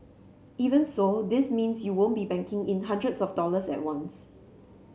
even so this means you won't be banking in hundreds of dollars at once